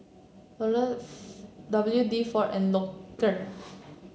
W D four and Loacker